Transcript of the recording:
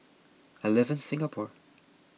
I live in Singapore